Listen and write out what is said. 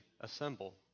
assemble